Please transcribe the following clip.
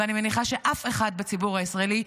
ואני מניחה שאף אחד בציבור הישראלי,